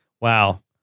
Wow